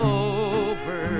over